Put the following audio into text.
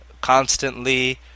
constantly